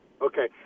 Okay